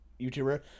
YouTuber